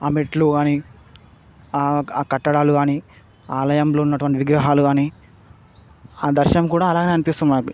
ఆ మెట్లు కాని క కట్టడాలు కాని ఆలయంలో ఉన్నటువంటి విగ్రహాలు కాని దర్శనం కూడా అలానే అనిపిస్తుంది మాకు